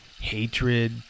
hatred